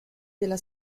della